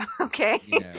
Okay